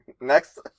next